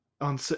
on